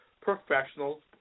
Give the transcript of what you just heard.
professionals